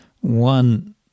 one